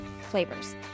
flavors